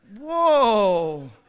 whoa